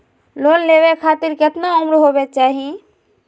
Loan लेवे खातिर केतना उम्र होवे चाही?